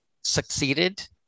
succeeded